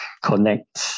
connect